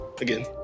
again